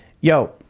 yo